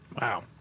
Wow